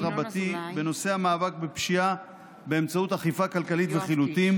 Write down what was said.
בנושא המאבק בפשיעה באמצעות אכיפה כלכלית וחילוטים